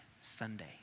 Sunday